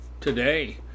today